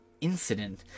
incident